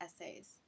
essays